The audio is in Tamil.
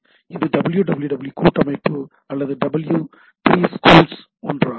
இது www கூட்டமைப்பு அல்லது டபிள்யூ 3 ஸ்கூல்ஸ் ஒன்றாகும்